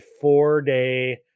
four-day